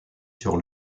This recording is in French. sur